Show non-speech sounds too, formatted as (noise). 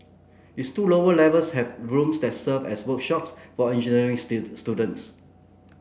its two lower levels have rooms that serve as workshops for engineering (unintelligible) students